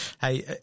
hey